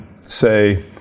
say